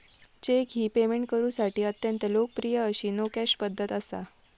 check ही payment करुसाठी अत्यंत लोकप्रिय अशी नो कॅश पध्दत असा